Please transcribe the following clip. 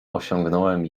osiągnąłem